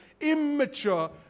immature